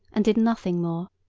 and did nothing more.